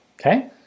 okay